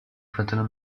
fratello